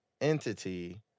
entity